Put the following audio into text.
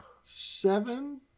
seven